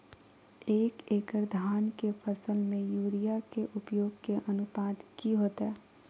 एक एकड़ धान के फसल में यूरिया के उपयोग के अनुपात की होतय?